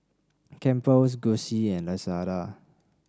Campbell's Gucci and Lazada